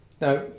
Now